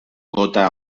gota